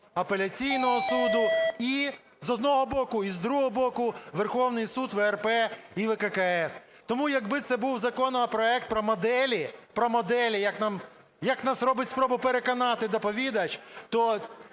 апеляційного суду і, з одного боку, і, з другого боку, Верховний Суд, ВРП і ВККС. Тому якби це був законопроект про моделі – про моделі, як нас робить спробу переконати доповідач, то